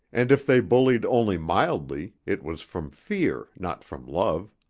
and if they bullied only mildly, it was from fear, not from love.